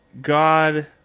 God